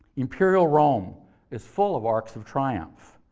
imperial rome is full of arcs of triumph.